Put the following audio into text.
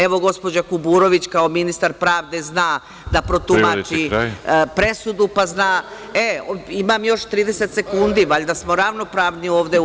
Evo gospođa Kuburović kao ministar pravde zna da protumači presudu, pa zna, e imam još 30 sekundi, valjda smo ravnopravni u ovoj sali.